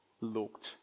looked